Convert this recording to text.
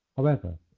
however,